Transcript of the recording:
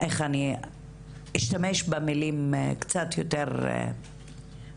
אני הייתי מצפה שיהיה קשר יותר פתוח,